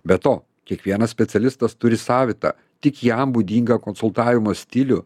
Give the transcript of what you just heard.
be to kiekvienas specialistas turi savitą tik jam būdingą konsultavimo stilių